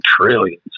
trillions